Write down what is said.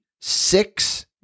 six